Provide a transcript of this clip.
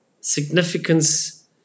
Significance